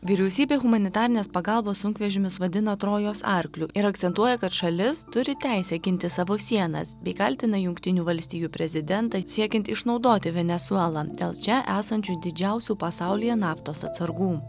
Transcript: vyriausybė humanitarinės pagalbos sunkvežimius vadina trojos arkliu ir akcentuoja kad šalis turi teisę ginti savo sienas bei kaltina jungtinių valstijų prezidentą siekiant išnaudoti venesuelą dėl čia esančių didžiausių pasaulyje naftos atsargų